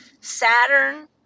Saturn